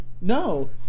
No